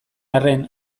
arren